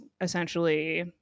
essentially